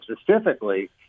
specifically